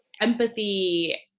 empathy